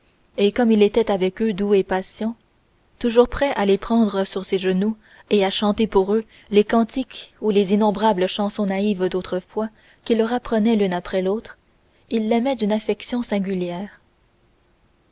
et comme il était avec eux doux et patient toujours prêt à les prendre su ses genoux et à chanter pour eux les cantiques ou les innombrables chansons naïves d'autrefois qu'il leur apprenait l'une après l'autre ils l'aimaient d'une affection singulière